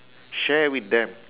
share with them